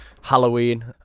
Halloween